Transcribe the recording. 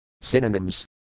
Synonyms